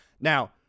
Now